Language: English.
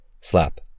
Slap